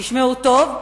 תשמעו טוב,